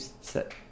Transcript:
sit